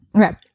Okay